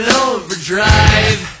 overdrive